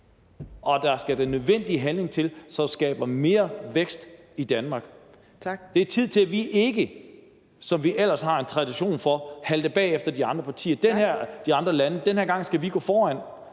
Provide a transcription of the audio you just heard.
at der skal den nødvendige handling til, som skaber mere vækst i Danmark. Det er tid til, at vi ikke, som vi ellers har en tradition for, halter bagefter de andre lande. Den her gang skal vi gå foran